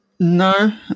No